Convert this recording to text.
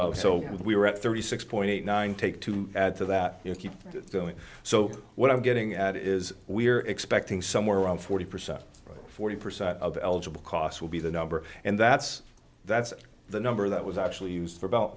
allocation so we were at thirty six point eight nine take to add to that if you do it so what i'm getting at is we're expecting somewhere around forty percent forty percent of eligible costs will be the number and that's that's the number that was actually used for about